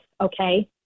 okay